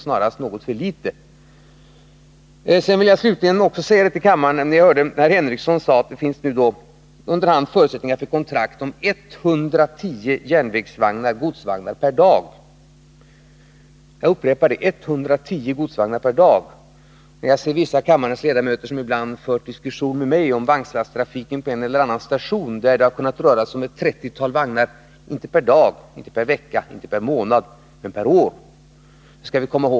Snarast tycks det röra sig om för litet pengar. Jag hörde Sven Henricsson säga att det under hand finns förutsättningar för kontrakt på 110 godsvagnar per dag — jag upprepar 110 godsvagnar per dag. Vissa av kammarens ledamöter har med mig diskuterat vagnslasttrafi ken vid en eller annan station, varvid det har kunnat röra sig om ett trettiotal vagnar —inte per dag, inte per vecka, inte per månad utan per år.